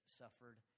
suffered